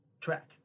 track